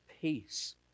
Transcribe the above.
peace